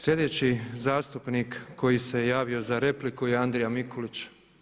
Sljedeći zastupnik koji se javio za repliku je Andrija Mikulić.